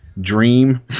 dream